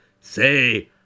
Say